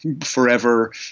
forever